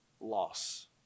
loss